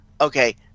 okay